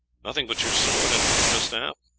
nothing but your sword and quarter-staff.